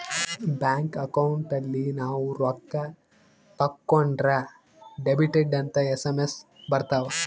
bank account ಅಲ್ಲಿ ನಾವ್ ರೊಕ್ಕ ತಕ್ಕೊಂದ್ರ ಡೆಬಿಟೆಡ್ ಅಂತ ಎಸ್.ಎಮ್.ಎಸ್ ಬರತವ